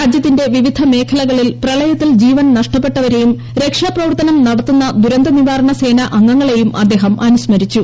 രാജ്യത്തിന്റെ വിവിധ മേഖലകളിൽ പ്രളയത്തിൽ ജീവൻ നഷ്ടപ്പെട്ടവരേയും രക്ഷാപ്രവർത്തനം നടത്തുന്ന ദുരന്തനിവാരണസേന അംഗങ്ങളേയും അദ്ദേഹം അനുസ്മരിച്ചു